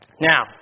Now